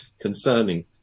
concerning